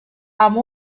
amb